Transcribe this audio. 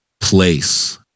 place